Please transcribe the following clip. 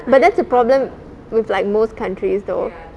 but that's a problem with like most countries though